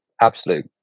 absolute